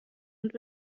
und